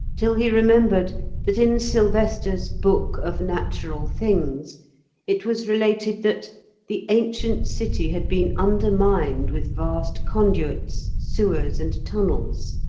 till he remembered that in sylvester's book of natural things it was related that the ancient city had been undermined with vast conduits, sewers, and tunnels,